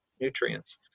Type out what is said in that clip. nutrients